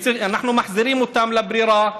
אנחנו מחזירים אותם לברירה: